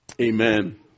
Amen